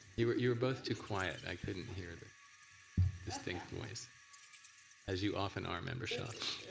you were you were both too quiet. i couldn't hear the distinct voice as you often are member shaw.